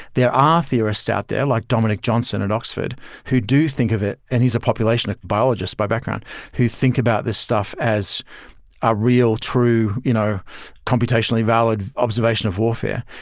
there are theorists out there like dominic johnson at oxford who do think of it and he's a population biologist by background who think about this stuff as a real true you know computationally valid observation of warfare.